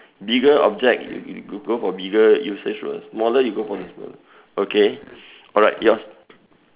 bigger object you go for bigger usage lor what smaller you go for the smaller okay alright yours